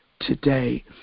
today